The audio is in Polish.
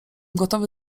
gotowy